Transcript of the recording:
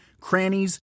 crannies